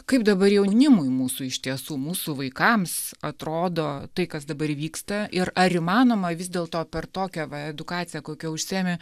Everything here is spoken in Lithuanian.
kaip dabar jaunimui mūsų iš tiesų mūsų vaikams atrodo tai kas dabar vyksta ir ar įmanoma vis dėlto per tokią va edukaciją kokia užsiimi